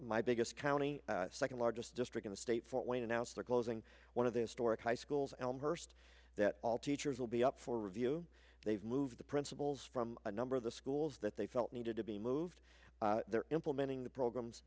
my biggest county second largest district in the state fort wayne announced they're closing one of the historic high schools elmhurst that all teachers will be up for review they've moved the principals from a number of the schools that they felt needed to be moved they're implementing the programs